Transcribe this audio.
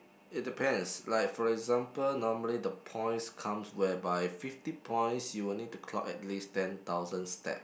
it depends like for example normally the points comes whereby fifty points you will need to clock at least ten thousand steps